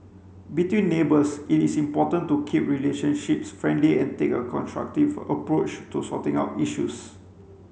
between neighbours it is important to keep relationships friendly and take a constructive approach to sorting out issues